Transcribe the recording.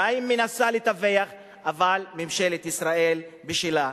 שמצרים מנסה לתווך, אבל ממשלת ישראל בשלה.